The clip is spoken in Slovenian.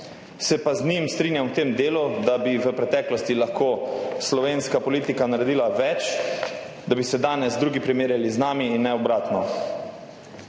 Se pa z njim strinjam v tem delu, da bi v preteklosti lahko slovenska politika naredila več, da bi se danes drugi primerjali z nami in ne obratno.